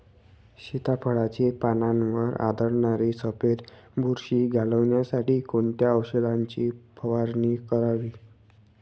सीताफळाचे पानांवर आढळणारी सफेद बुरशी घालवण्यासाठी कोणत्या औषधांची फवारणी करावी?